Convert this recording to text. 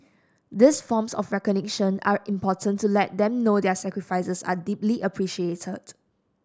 these forms of recognition are important to let them know their sacrifices are deeply appreciated